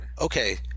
okay